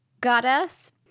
goddess